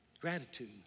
gratitude